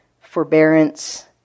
forbearance